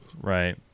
Right